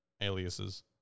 aliases